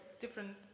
different